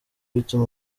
bituma